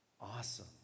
awesome